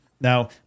Now